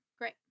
Great